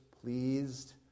pleased